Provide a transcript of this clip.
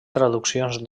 traduccions